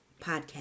Podcast